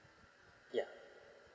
ya